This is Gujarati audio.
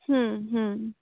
હં હં